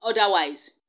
otherwise